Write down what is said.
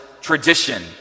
tradition